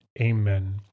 Amen